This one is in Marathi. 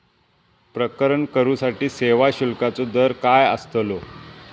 प्रकरण करूसाठी सेवा शुल्काचो दर काय अस्तलो?